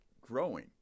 growing